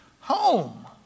home